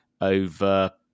over